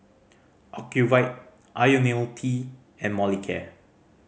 Ocuvite Ionil T and Molicare